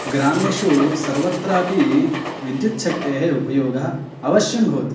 ग्रामेषु सर्वत्रापि विद्युच्छक्तेः उपयोगम् अवश्यं भवति